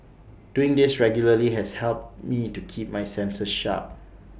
doing this regularly has helped me to keep my senses sharp